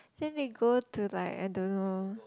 then they go to like I don't know